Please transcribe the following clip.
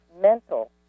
mental